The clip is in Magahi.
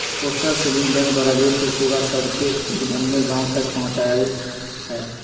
पोस्टल सेविंग बैंक द्वारा वित्तीय सेवा सभके एक्दम्मे गाँव तक पहुंचायल हइ